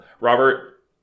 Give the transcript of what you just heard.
robert